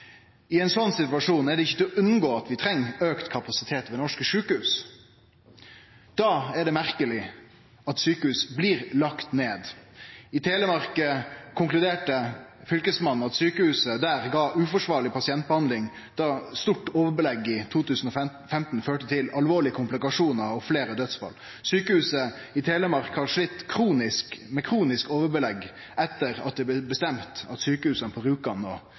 I ein slik situasjon er det ikkje til å unngå at vi treng auka kapasitet ved norske sjukehus. Da er det merkeleg at sjukehus blir lagde ned. I Telemark konkluderte Fylkesmannen med at sjukehuset der gav uforsvarleg pasientbehandling da stort overbelegg i 2015 førte til alvorlege komplikasjonar og fleire dødsfall. Sjukehuset Telemark har slitt med kronisk overbelegg etter at det blei bestemt at sjukehusa på